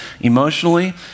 emotionally